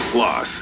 Plus